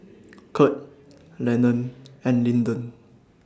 Kurt Lennon and Lyndon